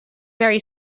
very